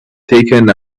taken